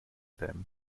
them